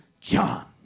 John